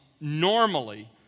normally